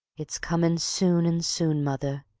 it's coming soon and soon, mother,